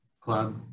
Club